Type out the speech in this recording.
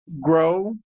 grow